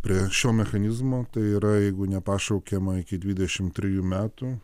prie šio mechanizmo tai yra jeigu ne pašaukiama iki dvidešimt trijų metų